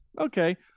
Okay